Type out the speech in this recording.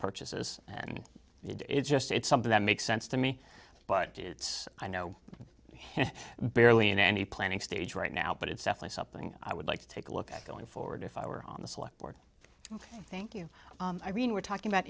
purchases and it just it's something that makes sense to me but it's i know barely in any planning stage right now but it's definitely something i would like to take a look at going forward if i were on the select board thank you i mean we're talking about